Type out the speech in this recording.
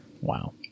Wow